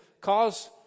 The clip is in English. cause